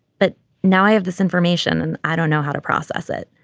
but now i have this information and i don't know how to process it.